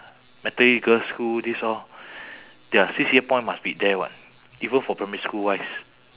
methodist girls' school these all their C_C_A point must be there [what] even for primary school-wise